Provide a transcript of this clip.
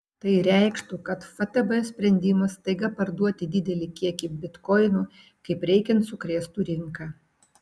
tai reikštų kad ftb sprendimas staiga parduoti didelį kiekį bitkoinų kaip reikiant sukrėstų rinką